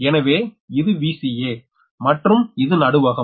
எனவே இது Vca மற்றும் இது நடுவகம்